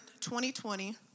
2020